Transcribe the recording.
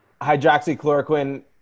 hydroxychloroquine